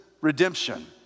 redemption